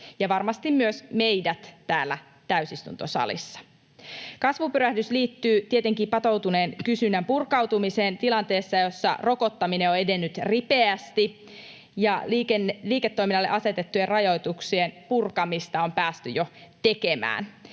ja varmasti myös meidät täällä täysistuntosalissa. Kasvupyrähdys liittyy tietenkin patoutuneen kysynnän purkautumiseen tilanteessa, jossa rokottaminen on edennyt ripeästi ja liiketoiminnalle asetettujen rajoituksien purkamista on päästy jo tekemään.